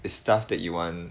it's stuff that you want